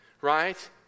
right